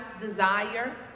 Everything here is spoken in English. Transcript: desire